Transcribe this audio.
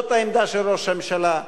זאת העמדה של ראש הממשלה,